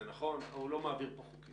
זה נכון, אבל הוא לא מעביר פה חוקים.